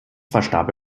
verstarb